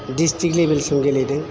district लेभेलसिम गेलेदों